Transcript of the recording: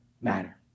matter